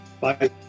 Bye